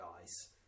guys